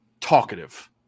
talkative